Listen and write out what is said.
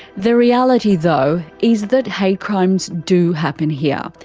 the reality though is that hate crimes do happen here.